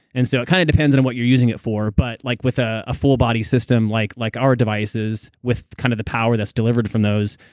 and so it kind of depends on what you're using it for. but like with a full body system like like our devices, with kind of the power that's delivered from those,